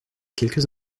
quelques